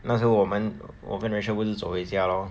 那时我们我跟 rachel 不是走回家 lor